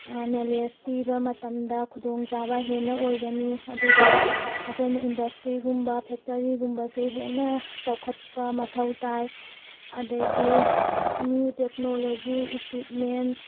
knowledge ꯄꯤꯕ ꯃꯇꯝꯗ ꯈꯨꯗꯣꯡ ꯆꯥꯕ ꯍꯦꯟꯅ ꯑꯣꯏꯒꯅꯤ ꯑꯗꯨꯒ ꯑꯩꯈꯣꯏꯅ ꯏꯟꯗꯁꯇ꯭ꯔꯤꯒꯨꯝꯕ ꯐꯦꯛꯇꯔꯤꯒꯨꯝꯕꯁꯦ ꯍꯦꯟꯅ ꯆꯥꯎꯈꯠꯄ ꯃꯊꯧ ꯇꯥꯏ ꯑꯗꯒꯤ ꯅ꯭ꯌꯨ ꯇꯦꯛꯅꯣꯂꯣꯖꯤ ꯏꯀ꯭ꯋꯤꯞꯃꯦꯟ